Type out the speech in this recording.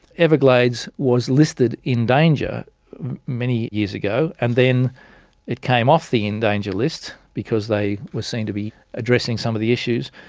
everglades was listed in danger many years ago, and then it came off the in danger list because they were seen to be addressing some of the issues,